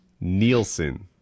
Nielsen